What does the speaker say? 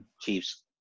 Chiefs